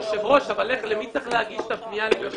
היושב-ראש, למי צריך להגיש את הפנייה?